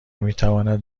میتواند